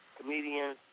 comedians